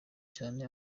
cyane